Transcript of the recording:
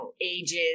ages